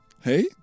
hey